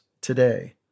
today